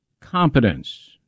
competence